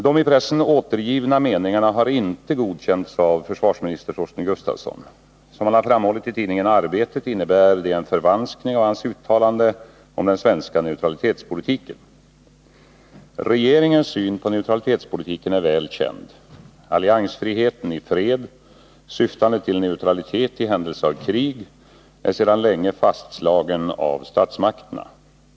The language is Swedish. De i pressen återgivna meningarna har inte godkänts av försvarsminister Torsten Gustafsson. Som han har framhållit i tidningen Arbetet innebär de en förvanskning av hans uttalande om den svenska neutralitetspolitiken. Regeringens syn på neutralitetspolitiken är väl känd. Alliansfriheten i fred, syftande till neutralitet i händelse av krig, är sedan länge fastslagen av statsmakterna.